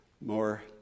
more